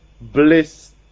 bliss